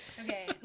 Okay